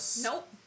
Nope